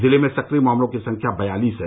जिले में सक्रिय मामलों की संख्या बयालीस है